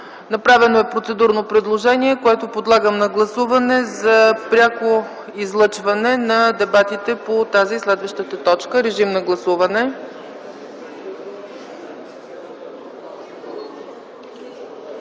Направено е процедурно предложение, което подлагам на гласуване, за пряко излъчване на дебатите по тази и следващата точка. Гласували